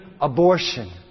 abortion